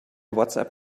whatsapp